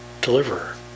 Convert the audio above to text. deliverer